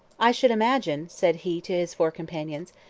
i should imagine, said he to his four companions,